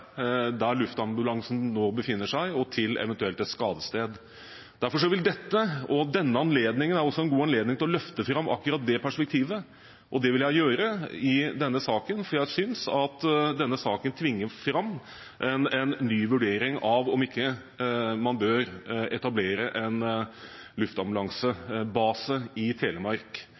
der det er for lang tid mellom der luftambulansen nå befinner seg, og til et eventuelt skadested. Dette er også en god anledning til å løfte fram akkurat det perspektivet, og det vil jeg gjøre i denne saken, fordi jeg synes at denne saken tvinger fram en ny vurdering av om ikke man bør etablere en luftambulansebase i Telemark.